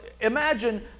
imagine